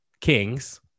kings